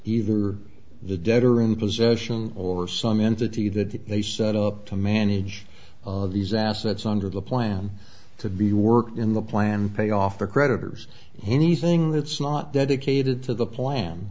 either the debtor in possession or some entity that they set up to manage of these assets under the plan to be worked in the plan pay off the creditors anything that's not dedicated to the plan